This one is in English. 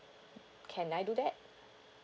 can I do that